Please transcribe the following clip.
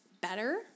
better